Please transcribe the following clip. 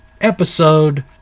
episode